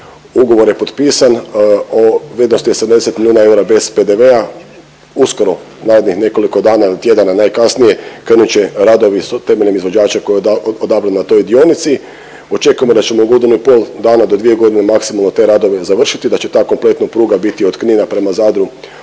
Ugovor je potpisan o vrijednosti 80 milijuna eura bez PDV-a. Uskoro narednih nekoliko dana ili tjedana najkasnije krenut će radovi temeljem izvođača koji je odabran na toj dionici, očekujemo da ćemo godinu i pol dana do dvije godine maksimalno te radove završiti, da će ta kompletno pruga biti od Knina prema Zadru